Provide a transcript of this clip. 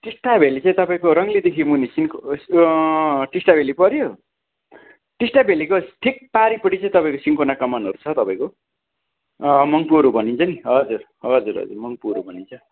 टिस्टाभेल्ली चाहिँ तपाईँको रङ्गलीदेखि मुनि सिन्को टिस्टाभेल्ली पऱ्यो टिस्टाभेल्लीको ठिक पारिपट्टि चाहिँ तपाईँको सिन्कोना कमानहरू छ तपाईँको मङ्पूहरू भनिन्छ नि हजुर हजुर हजुर मङ्पूहरू भनिन्छ